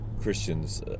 Christians